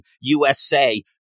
USA